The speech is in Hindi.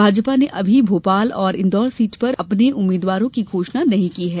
भाजपा ने अभी भोपाल और इंदौर सीट पर अपने उम्मीदवारों की घोषणा नहीं की है